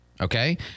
okay